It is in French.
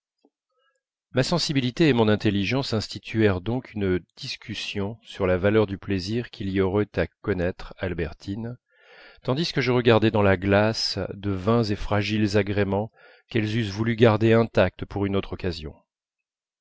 ma sensibilité et mon intelligence instituèrent donc une discussion sur la valeur du plaisir qu'il y aurait à connaître albertine tandis que je regardais dans la glace de vains et fragiles agréments qu'elles eussent voulu garder intacts pour une autre occasion